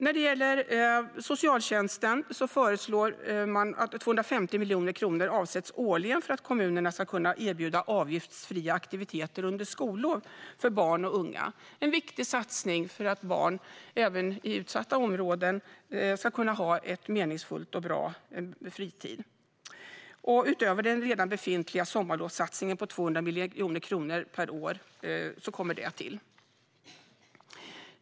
När det gäller socialtjänsten föreslår man att 250 miljoner kronor årligen ska avsättas för att kommunerna ska kunna erbjuda avgiftsfria aktiviteter under skollov för barn och unga. Det är en viktig satsning för att barn även i utsatta områden ska kunna ha en meningsfull och bra fritid. Detta kommer till utöver den redan befintliga sommarlovssatsningen på 200 miljoner kronor per år.